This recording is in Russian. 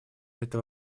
это